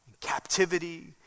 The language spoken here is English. captivity